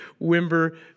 Wimber